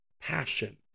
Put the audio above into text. passion